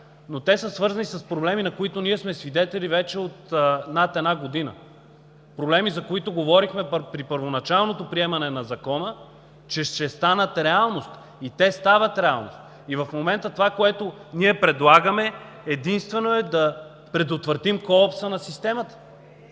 но те са свързани с проблеми, на които ние сме свидетели вече над една година. Проблеми, за които говорихме при първоначалното приемане на Закона, че ще станат реалност, и те стават реалност. И в момента, това което предлагаме, единствено е да предотвратим колапса на системата.